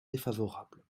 défavorable